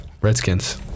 Redskins